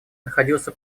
находился